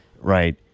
right